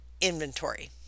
inventory